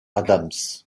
adams